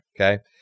Okay